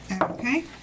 Okay